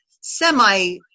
semi